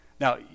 Now